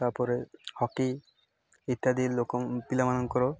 ତାପରେ ହକି ଇତ୍ୟାଦି ଲୋକ ପିଲାମାନଙ୍କର